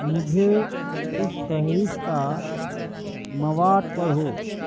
مجھے اس فہرست کا مواد پڑھو